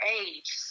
age